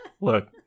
Look